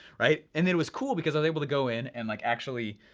right, and then it was cool, because i was able to go in, and like actually